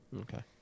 Okay